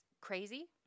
crazy